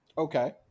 Okay